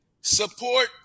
support